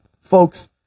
Folks